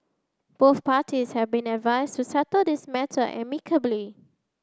both parties have been advised to settle this matter amicably